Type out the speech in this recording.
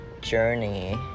journey